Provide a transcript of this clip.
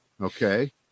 okay